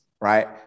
right